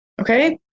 okay